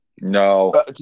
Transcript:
No